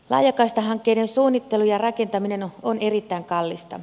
laajakaistahankkeiden suunnittelu ja rakentaminen on erittäin kallista